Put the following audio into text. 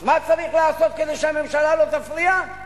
אז מה צריך לעשות כדי שהממשלה לא תפריע?